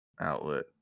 outlet